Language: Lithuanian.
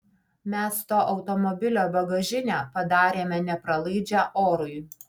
mes to automobilio bagažinę padarėme nepralaidžią orui